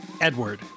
Edward